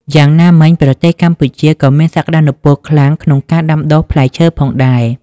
យ៉ាងណាមិញ ប្រទេសកម្ពុជាក៏មានសក្តានុពលខ្លាំងក្នុងការដាំដុះផ្លែឈើផងដែរ។